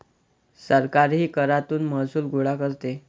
सरकारही करातून महसूल गोळा करते